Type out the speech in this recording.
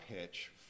pitch